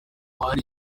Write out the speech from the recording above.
hari